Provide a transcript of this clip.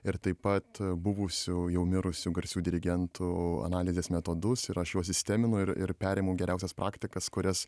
ir taip pat buvusių jau mirusių garsių dirigentų analizės metodus ir aš juos sisteminu ir ir perimu geriausias praktikas kurias